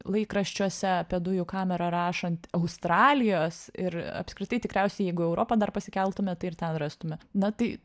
laikraščiuose apie dujų kamerą rašant australijos ir apskritai tikriausiai jeigu europa dar pasikeltume tai ir ten rastume na tai